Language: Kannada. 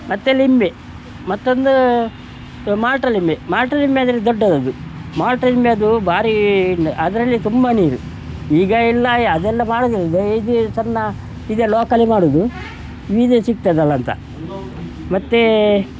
ಮತ್ತು ಲಿಂಬೆ ಮತ್ತೊಂದು ಮಾಲ್ಟ ಲಿಂಬೆ ಮಾಲ್ಟು ಲಿಂಬೆ ಅಂದರೆ ದೊಡ್ಡದದು ಮಾಲ್ಟ ಲಿಂಬೆ ಅದು ಭಾರೀ ಅದರಲ್ಲಿ ತುಂಬ ನೀರು ಈಗ ಎಲ್ಲ ಅದೆಲ್ಲ ಮಾಡುವುದಿಲ್ಲ ಈದೆ ಸಣ್ಣ ಇದೆ ಲೋಕಲ್ ಮಾಡೋದು ಬೀಜ ಸಿಗ್ತದಲ್ಲಂತ ಮತ್ತು